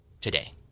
today